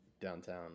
downtown